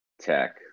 tech